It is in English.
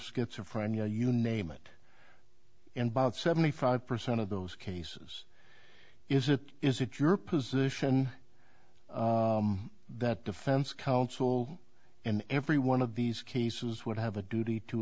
schizophrenia you name it and by that seventy five percent of those cases is it is it your position that defense counsel and every one of these cases would have a duty to